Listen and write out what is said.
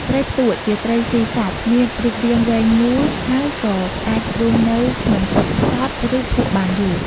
ត្រីផ្ទក់ ជាត្រីស៊ីសាច់ មានរូបរាងវែងមូល ហើយក៏អាចរស់នៅក្នុងទឹកខ្សត់ ឬភក់បានយូរ។